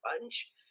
punch